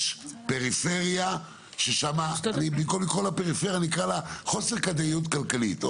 יש פריפריה שבמקום לקרוא לה פריפריה נקרא לה חוסר כדאיות כלכלית.